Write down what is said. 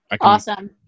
Awesome